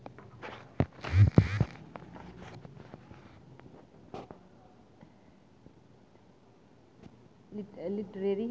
literary